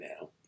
now